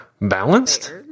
balanced